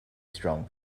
strong